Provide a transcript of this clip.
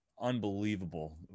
Unbelievable